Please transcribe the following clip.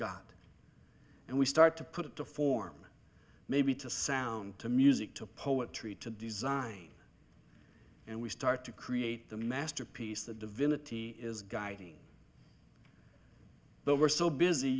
got and we start to put it to form maybe to sound to music to poetry to design and we start to create the masterpiece that divinity is guiding but we're so busy